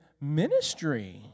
ministry